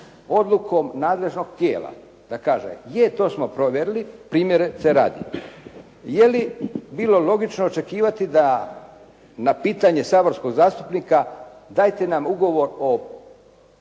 odlukom nadležnog tijela da kaže, je t o smo provjerili, primjerice radi. Je li bilo logično očekivati da na pitanje saborskog zastupnika dajte nam ugovor o